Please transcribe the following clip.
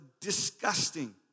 disgusting